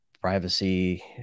privacy